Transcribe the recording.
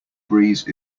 breeze